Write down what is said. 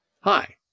Hi